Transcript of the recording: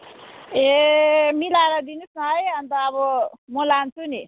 ए मिलाएर दिनुहोस् न है अन्त अब म लान्छु नि